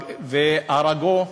והרגוֹ.